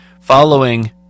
following